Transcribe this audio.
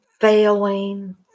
failing